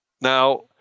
Now